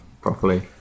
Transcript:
properly